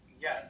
yes